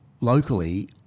locally